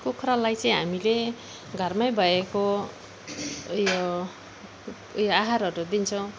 कुखुरालाई चाहिँ हामीले घरमै भएको ऊ यो उयो आहारहरू दिन्छौँ